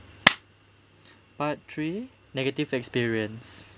part three negative experience